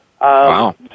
Wow